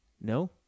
no